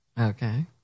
Okay